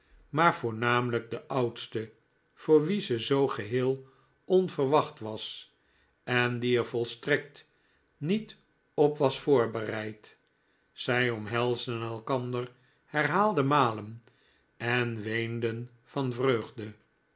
maar voornamelijk de oudste voor wien ze zoo geheel onverwacht was en die er volstrekt niet op was voorbereid zij omhelsden elkander herhaalde malen en weenden van vreugde